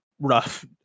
rough